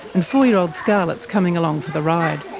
and four-year-old scarlett's coming along for the ride.